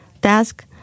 Desk